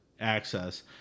access